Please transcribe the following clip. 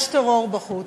יש טרור בחוץ.